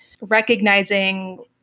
recognizing